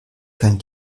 kein